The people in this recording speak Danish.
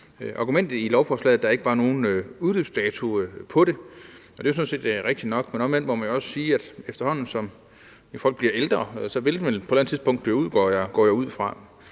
Argumentet i lovforslaget er, at der ikke var nogen udløbsdato på det, og det er sådan set rigtigt nok, men omvendt må man jo også sige, at efterhånden som folk bliver ældre, så vil det på et eller andet tidspunkt dø ud, går jeg ud fra.